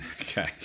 okay